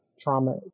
trauma